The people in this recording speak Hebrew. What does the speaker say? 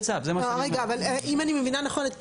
אם אני מבינה נכון את פנינה,